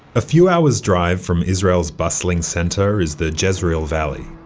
a few hours drive from israel's bustling center is the jezreel valley.